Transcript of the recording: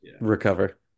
recover